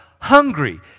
hungry